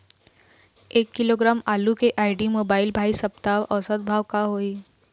एक किलोग्राम आलू के आईडी, मोबाइल, भाई सप्ता औसत भाव का होही?